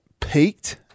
peaked